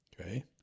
Okay